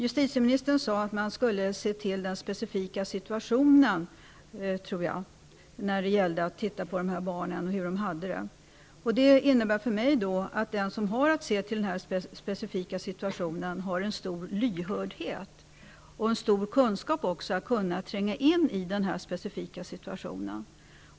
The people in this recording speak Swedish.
Justitieministern sade att man skulle se till den specifika situationen när det gällde hur dessa barn hade det. Det innebär för mig att den som har att se till den specifika situationen måste ha en stor lyhördhet och en stor kunskap för att tränga in i det enskilda fallet.